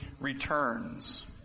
returns